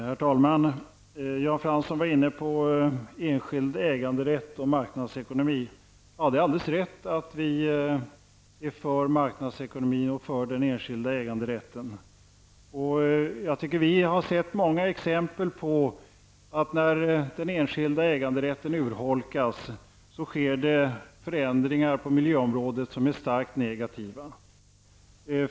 Herr talman! Jan Fransson talade om enskild äganderätt och marknadsekonomi. Det är alldeles rätt att vi moderater är för marknadsekonomi och den enskilda äganderätten. Vi har sett många exempel på att när den enskilda äganderätten urholkas, sker det förändringar på miljöområdet som är starkt negativa.